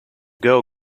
girl